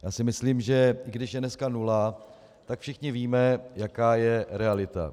Já si myslím, že když je dneska nula, tak všichni víme, jaká je realita.